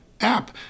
app